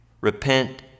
Repent